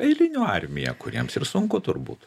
eilinių armija kuriems ir sunku turbūt